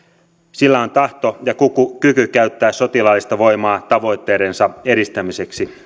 sillä on tahto ja kyky käyttää sotilaallista voimaa tavoitteidensa edistämiseksi